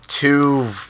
two